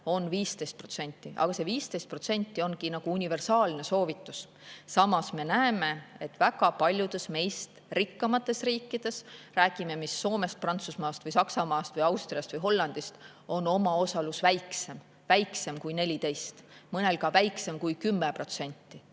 on 15%, aga see 15% ongi nagu universaalne soovitus. Samas me näeme, et väga paljudes meist rikkamates riikides, räägime Soomest, Prantsusmaast, Saksamaast, Austriast või Hollandist, on omaosalus väiksem, väiksem kui 14%, mõnel ka väiksem kui 10%.